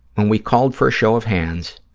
when we called for a show of hands,